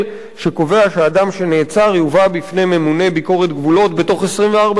שקובע שאדם שנעצר יובא בפני ממונה ביקורת גבולות בתוך 24 שעות.